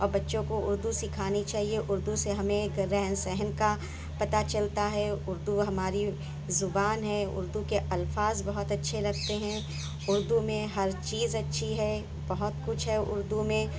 اور بچوں کو اردو سکھانی چاہیے اردو سے ہمیں ایک رہن سہن کا پتا چلتا ہے اردو ہماری زبان ہے اردو کے الفاظ بہت اچھے لگتے ہیں اردو میں ہر چیز اچھی ہے بہت کچھ ہے اردو میں